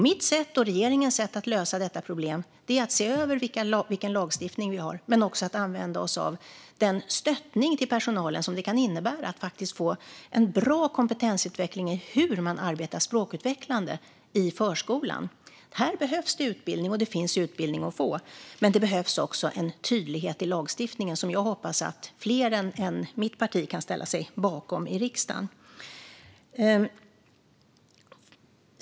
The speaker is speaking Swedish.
Mitt och regeringens sätt att lösa detta problem är att se över vilken lagstiftning vi har men också att använda oss av den stöttning till personalen som det kan innebära att faktiskt få en bra kompetensutveckling i hur man arbetar språkutvecklande i förskolan. Här behövs det utbildning, och det finns utbildning att få. Men det behövs också en tydlighet i lagstiftningen som jag hoppas att fler än mitt parti kan ställa sig bakom i riksdagen.